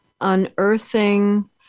unearthing